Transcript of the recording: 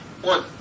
One